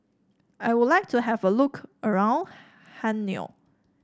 I would like to have a look around Hanoi